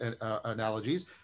analogies